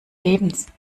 lebens